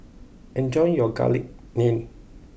enjoy your Garlic Naan